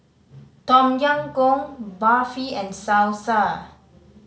Tom Yam Goong Barfi and Salsa